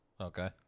Okay